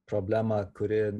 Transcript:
problema kuri